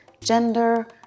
gender